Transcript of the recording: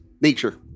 nature